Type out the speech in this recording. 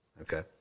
okay